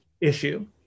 issue